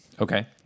Okay